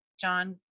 John